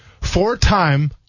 Four-time